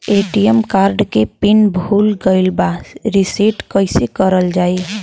ATM card के PIN भूला गइल बा रीसेट कईसे करल जाला?